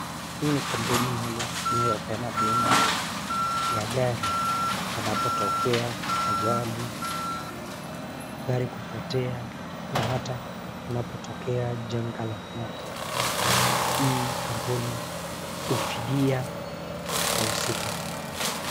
Hii ni kampuni moja inayopeana bima ya gari panapotokea ajali, gari kupotea na ata kunapotokea janga la moto. Hii kampuni hufidia wahusika.